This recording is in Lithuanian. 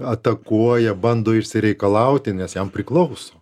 atakuoja bando išsireikalauti nes jam priklauso